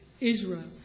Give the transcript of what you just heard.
Israel